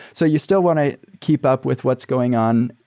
so you still want to keep up with what's going on,